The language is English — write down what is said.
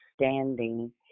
standing